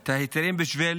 את ההיתרים, כדי